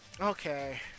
Okay